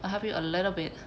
I help you a little bit